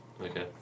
okay